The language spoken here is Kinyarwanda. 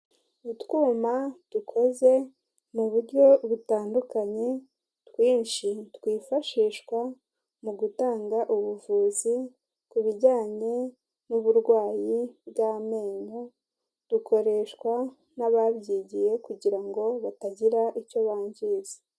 Utwuma dukoze mu buryo butandukanye twinshi twifashishwa mu gutanga ubuvuzi ku bijyanye n'uburwayi bw'amenyo, dukoreshwa n'ababyigiye kugira ngo batagira icyo bangiza